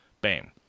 Bam